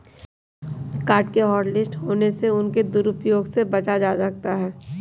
card के hotlist होने से उसके दुरूप्रयोग से बचा जा सकता है